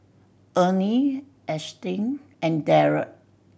Ernie Ashtyn and Darrel